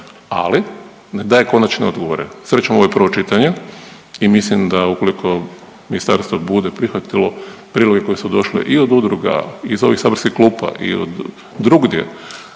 ali ne daje konačne odgovore, srećom ovo je prvo čitanje i mislim da ukoliko ministarstvo bude prihvatilo prijedloge koje su došle i od udruga, iz ovih saborskih klupa i od drugdje,